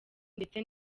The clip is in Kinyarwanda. ndetse